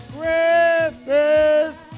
Christmas